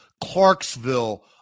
Clarksville